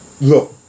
Look